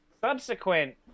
subsequent